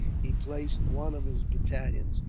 he placed one of his battalions,